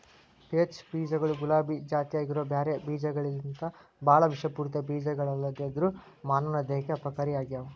peach ಬೇಜಗಳು ಗುಲಾಬಿ ಜಾತ್ಯಾಗಿರೋ ಬ್ಯಾರೆ ಬೇಜಗಳಿಗಿಂತಬಾಳ ವಿಷಪೂರಿತ ಬೇಜಗಳಲ್ಲದೆದ್ರು ಮಾನವನ ದೇಹಕ್ಕೆ ಅಪಾಯಕಾರಿಯಾಗ್ಯಾವ